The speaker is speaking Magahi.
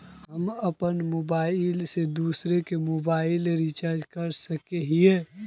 हम अपन मोबाईल से दूसरा के मोबाईल रिचार्ज कर सके हिये?